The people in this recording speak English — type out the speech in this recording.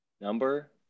number